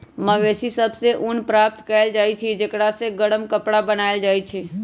मवेशि सभ से ऊन प्राप्त कएल जाइ छइ जेकरा से गरम कपरा बनाएल जाइ छइ